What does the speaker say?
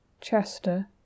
Chester